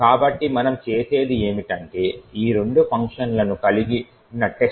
కాబట్టి మనం చేసేది ఏమిటంటే ఈ రెండు ఫంక్షన్లను కలిగి ఉన్న testcode